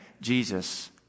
Jesus